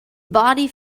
body